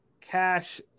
cash